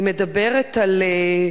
היא מדברת על: